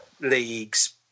leagues